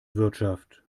wirtschaft